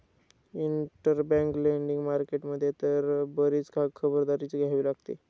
interbank lending market मध्ये तर बरीच खबरदारी घ्यावी लागते